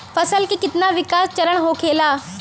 फसल के कितना विकास चरण होखेला?